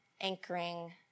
anchoring